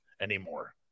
anymore